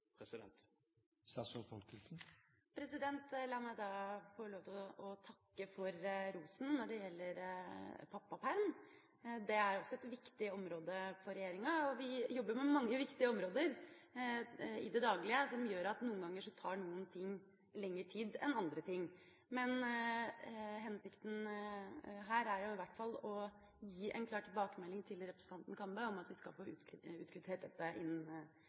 La meg først få lov til å takke for rosen når det gjelder pappaperm. Det er også et viktig område for regjeringa. Vi jobber med mange viktige områder i det daglige som gjør at noen ganger tar noen ting lengre tid enn andre ting. Men hensikten her er i hvert fall å gi en klar tilbakemelding til representanten Kambe om at vi skal få utkvittert dette